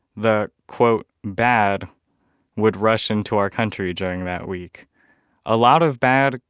the quote, bad would rush into our country during that week a lot of bad,